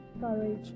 courage